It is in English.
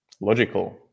logical